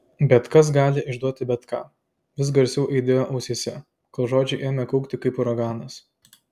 bet kas gali išduoti bet ką vis garsiau aidėjo ausyse kol žodžiai ėmė kaukti kaip uraganas